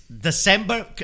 December